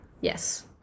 yes